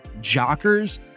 Jockers